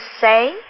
say